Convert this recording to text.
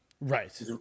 Right